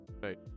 Right